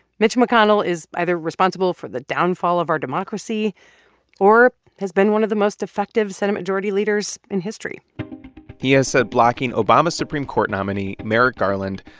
mitch mcconnell is either responsible for the downfall of our democracy or has been one of the most effective senate majority leaders in history he has said blocking obama's supreme court nominee, merrick garland,